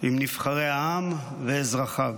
עם נבחרי העם ואזרחיו.